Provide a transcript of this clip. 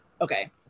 Okay